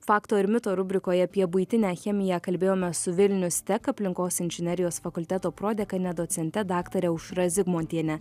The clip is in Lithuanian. fakto ir mito rubrikoje apie buitinę chemiją kalbėjome su vilnius tech aplinkos inžinerijos fakulteto prodekane docente daktare aušra zigmontiene